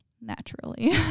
naturally